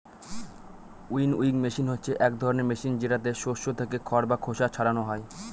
winnowing machine হচ্ছে এক ধরনের মেশিন যেটাতে শস্য থেকে খড় বা খোসা ছারানো হয়